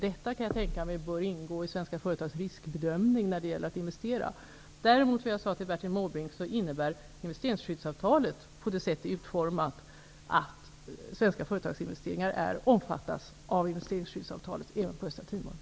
Jag kan tänka mig att detta bör ingå i svenska företags riskbedömning när det gäller investeringar. Däremot innebär investeringsskyddsavtalet, som jag sade till Bertil Måbrink, på det sätt som det är utformat att svenska företags investeringar även i Östtimor omfattas av avtalet.